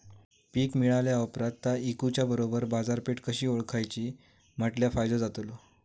पीक मिळाल्या ऑप्रात ता इकुच्या बरोबर बाजारपेठ कशी ओळखाची म्हटल्या फायदो जातलो?